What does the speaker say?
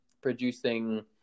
producing